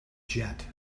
jet